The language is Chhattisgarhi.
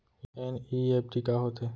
एन.ई.एफ.टी का होथे?